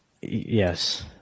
yes